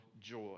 joy